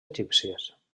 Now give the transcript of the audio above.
egípcies